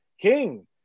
king